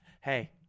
Hey